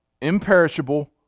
imperishable